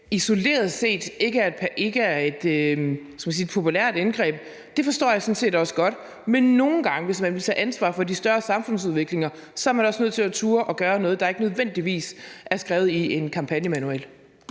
isoleret set ikke er et, skal vi sige, populært indgreb – det forstår jeg sådan set også godt – men nogle gange, hvis man vil tage ansvar for de større samfundsudviklinger, er man også nødt til at turde at gøre noget, der ikke nødvendigvis er skrevet i en kampagnemanual.